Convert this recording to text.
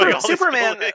Superman